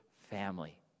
family